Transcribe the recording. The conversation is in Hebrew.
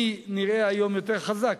מי נראה היום יותר חזק,